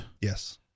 Yes